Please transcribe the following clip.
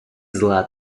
зла